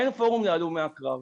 אבל אין פורום להלומי הקרב,